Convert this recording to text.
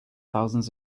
thousands